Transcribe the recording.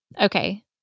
Okay